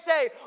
say